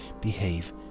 behave